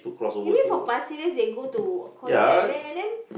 you mean from Pasir-Ris they go to Coney-Island then